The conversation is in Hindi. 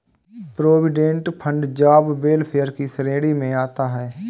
प्रोविडेंट फंड जॉब वेलफेयर की श्रेणी में आता है